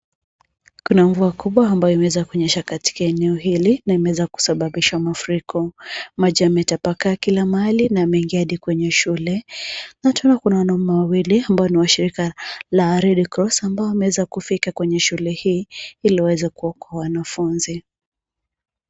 Kuna mvua kubwa ambayo imeweza kunyesha katika eneo hili na imeweza kusababisha mafuriko. Maji yametapakaa kila mahali na yameingia hadi kwenye shule. Na tena kuna wanaume wawili ambao ni wa shirika la Red Cross ambao wameweza kufika kwenye shule hii ili waweza kuokoa wanafunzi.